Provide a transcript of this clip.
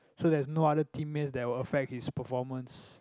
so that there is no other teammates that will affect his performance